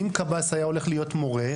אם קב"ס היה הולך להיות מורה,